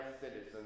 citizens